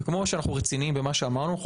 וכמו שאנחנו רציניים במה שאמרנו אנחנו